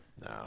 No